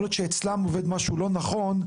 יכול להיות שאצלם עובד משהו לא נכון,